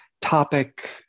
topic